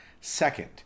Second